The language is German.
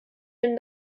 den